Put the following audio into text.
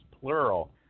plural